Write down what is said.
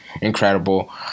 incredible